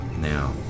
Now